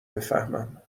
بفهمم